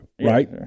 Right